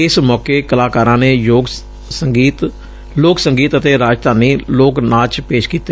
ਇਸ ਮੌਕੇ ਕਲਾਕਾਰਾਂ ਨੇ ਯੋਗ ਸੰਗੀਤ ਅਤੇ ਰਾਜਸਬਾਨੀ ਲੋਕ ਨਾਚ ਪੇਸ਼ ਕੀਤੇ